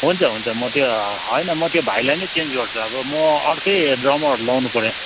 हुन्छ हुन्छ म त्यो होइन म त्यो भाइलाई नै चेन्ज गर्छु अब म अर्कै ड्रमरहरू लगाउनुपऱ्यो